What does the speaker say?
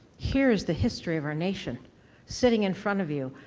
here is the history of our nation sitting in front of you.